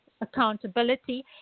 accountability